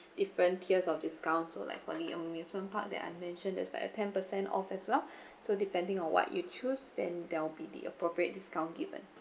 different peers of discounts so like only amusement park that I mentioned there's like a ten percent off as well so depending on what you choose then there'll be the appropriate discount given